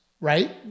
right